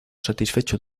satisfecho